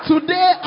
Today